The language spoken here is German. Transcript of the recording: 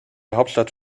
hauptstadt